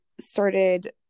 started